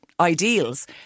Ideals